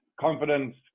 confidence